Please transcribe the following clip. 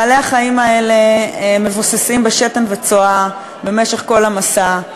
בעלי-החיים האלה מבוססים בשתן וצואה במשך כל המסע,